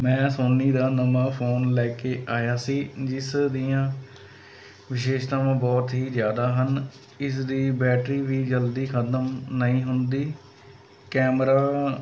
ਮੈਂ ਸੌਨੀ ਦਾ ਨਵਾਂ ਫ਼ੋਨ ਲੈ ਕੇ ਆਇਆ ਸੀ ਜਿਸ ਦੀਆਂ ਵਿਸ਼ੇਸ਼ਤਾਵਾਂ ਬਹੁਤ ਹੀ ਜ਼ਿਆਦਾ ਹਨ ਇਸਦੀ ਬੈਟਰੀ ਵੀ ਜਲਦੀ ਖਤਮ ਨਹੀਂ ਹੁੰਦੀ ਕੈਮਰਾ